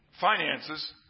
finances